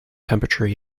temperature